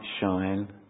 shine